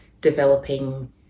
developing